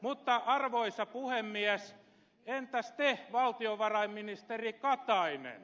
mutta arvoisa puhemies entäs te valtiovarainministeri katainen